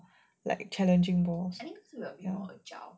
like challenging balls